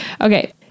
Okay